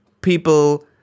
people